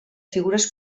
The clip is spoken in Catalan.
figures